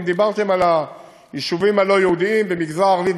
אם דיברתם על היישובים הלא-יהודיים והמגזר הערבי,